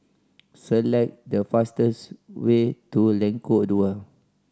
select the fastest way to Lengkok Dua